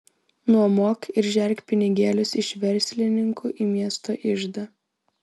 nuomok ir žerk pinigėlius iš verslininkų į miesto iždą